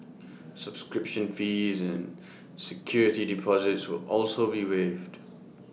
subscription fees and security deposits will also be waived